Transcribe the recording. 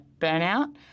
burnout